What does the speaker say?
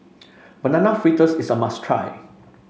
Banana Fritters is a must try